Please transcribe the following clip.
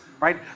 Right